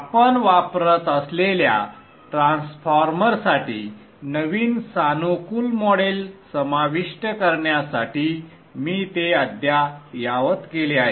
आपण वापरत असलेल्या ट्रान्सफॉर्मरसाठी नवीन सानुकूल मॉडेल समाविष्ट करण्यासाठी मी ते अद्यायावत केले आहे